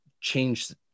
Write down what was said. change